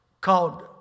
called